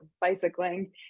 bicycling